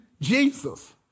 Jesus